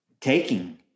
taking